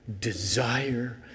desire